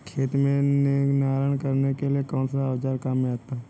खेत में निनाण करने के लिए कौनसा औज़ार काम में आता है?